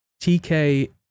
TK